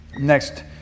next